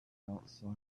outside